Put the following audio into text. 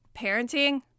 parenting